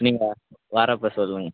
நீங்கள் வர்றப்போ சொல்லுங்கள்